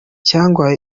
cyangwa